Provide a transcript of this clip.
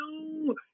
no